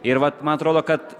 ir vat man atrodo kad